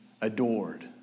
adored